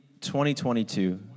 2022